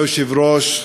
אדוני היושב-ראש,